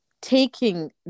taking